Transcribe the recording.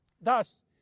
Thus